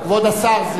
כבוד השר.